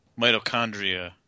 mitochondria